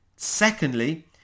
Secondly